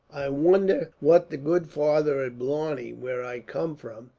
wonder what the good father at blarney, where i come from,